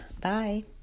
Bye